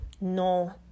No